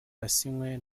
yasinywe